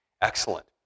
Excellent